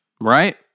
right